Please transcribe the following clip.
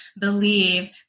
believe